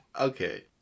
okay